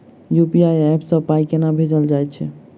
UPI app सँ पाई केना भेजल जाइत छैक?